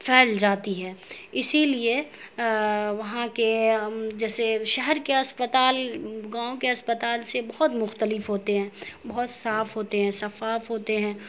پھیل جاتی ہے اسی لیے وہاں کے جیسے شہر کے اسپتال گاؤں کے اسپتال سے بہت مختلف ہوتے ہیں بہت صاف ہوتے ہیں شفاف ہوتے ہیں